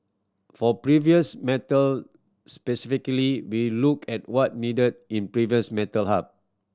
for previous metal specifically we look at what needed in previous metal hub